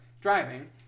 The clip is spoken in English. driving